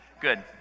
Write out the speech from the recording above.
Good